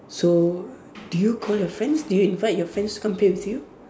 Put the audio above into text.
so do you call your friends do you invite your friends to come play with you